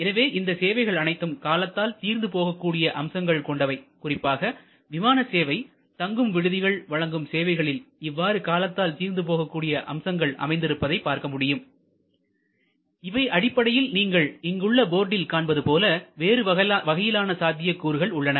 எனவே இந்த சேவைகள் அனைத்தும் காலத்தால் தீர்ந்து போக கூடிய அம்சங்கள் கொண்டவை குறிப்பாக விமான சேவை தங்கும் விடுதிகள் வழங்கும் சேவைகளில் இவ்வாறு காலத்தால் தீர்ந்து போகக்கூடிய அம்சங்கள் அமைந்திருப்பதை பார்க்க முடியும் இவை அடிப்படையில் நீங்கள் இங்கு உள்ள போர்ட்டில் காண்பதுபோல வேறு வகையிலான சாத்தியக்கூறுகள் உள்ளன